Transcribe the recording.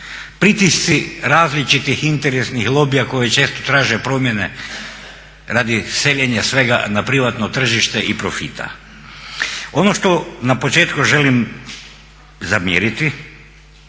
Pritisci različitih interesnih lobija koje često traže promjene radi seljenja svega na privatno tržište i profita. Ono što na početku želim zamjeriti